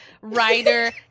writer